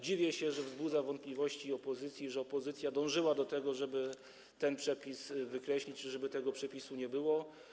Dziwię się, że wzbudza wątpliwości opozycji, że opozycja dążyła do tego, żeby ten przepis wykreślić i żeby tego przepisu nie było.